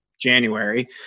January